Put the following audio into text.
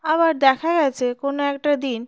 আবার দেখা গেছে কোনো একটা দিন